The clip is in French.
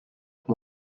mois